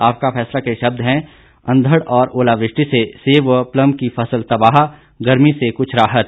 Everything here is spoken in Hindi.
आपका फैसला के शब्द है अंधड़ और ओलावृष्टि से सेब व प्लम की फसल तबाह गर्मी से कुछ राहत